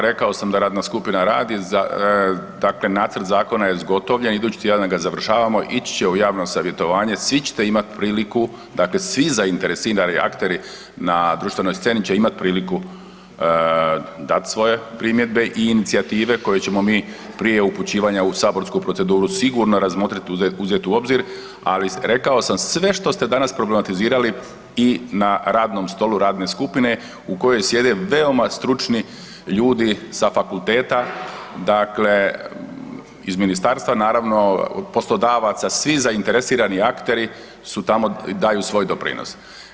Rekao sam da radna skupina radi, za, dakle nacrt zakona je zgotovljen, idući tjedan ga završavamo, ići će u javno savjetovanje, svi ćete imati priliku dakle svi zainteresirani akteri na društvenoj sceni će imati priliku dati svoje primjedbe i inicijative koje ćemo mi prije upućivanja u saborsku proceduru sigurno razmotriti, uzeti u obzir, ali rekao sam, sve što ste danas problematizirali i na radnom stolu radne skupine u kojoj sjede veoma stručni ljudi sa fakulteta, dakle iz ministarstva, naravno, poslodavaca, svi zainteresirani akteri su tamo, daju svoj doprinos.